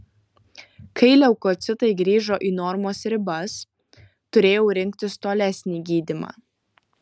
kai leukocitai grįžo į normos ribas turėjau rinktis tolesnį gydymą